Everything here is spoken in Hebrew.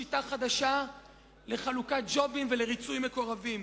שיטה חדשה לחלוקת ג'ובים ולריצוי מקורבים.